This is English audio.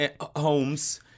homes